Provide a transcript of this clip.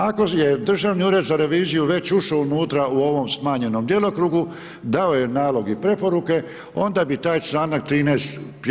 Ako je Državni ured za reviziju već ušao unutra u ovom smanjenom djelokrugu, dao je nalog i preporuke, onda bi taj članak 13.